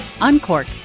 Uncork